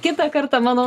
kitą kartą manau